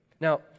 Now